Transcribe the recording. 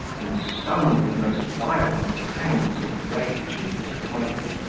and, stung with the most violent pangs of rage and disappointment,